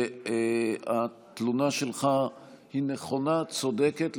שהתלונה שלך היא נכונה, צודקת.